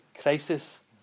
crisis